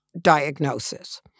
diagnosis